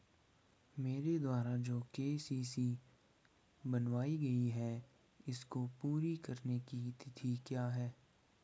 मेरे द्वारा जो के.सी.सी बनवायी गयी है इसको पूरी करने की तिथि क्या है?